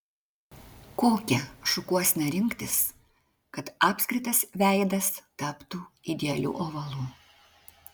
kokią šukuoseną rinktis kad apskritas veidas taptų idealiu ovalu